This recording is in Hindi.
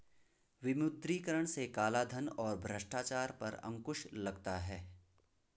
विमुद्रीकरण से कालाधन और भ्रष्टाचार पर अंकुश लगता हैं